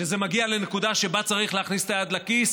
כשזה מגיע לנקודה שבה צריך להכניס את היד לכיס,